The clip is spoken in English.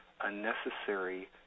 unnecessary